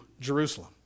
Jerusalem